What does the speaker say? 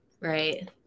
right